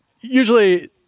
usually